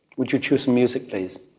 would you choose some music please?